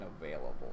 available